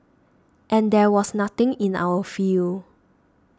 and there was nothing in our field